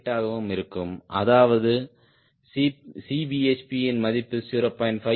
8 ஆகவும் இருக்கும் அதாவது Cbhpயின் மதிப்பு 0